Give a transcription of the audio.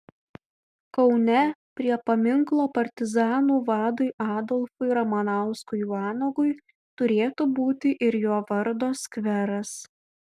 kaune prie paminklo partizanų vadui adolfui ramanauskui vanagui turėtų būti ir jo vardo skveras